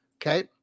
Okay